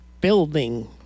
building